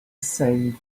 save